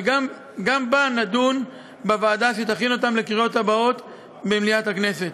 וגם בה נדון בוועדה שתכין אותה לקריאות הבאות במליאת הכנסת.